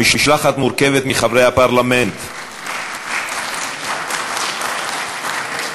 המשלחת מורכבת מחברי פרלמנט, (מחיאות כפיים)